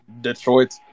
Detroit